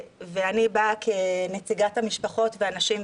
ואני באה כנציגת המשפחות והנשים,